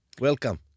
Welcome